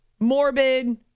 Morbid